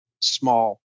small